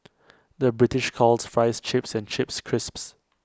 the British calls Fries Chips and Chips Crisps